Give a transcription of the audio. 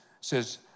says